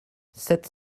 sept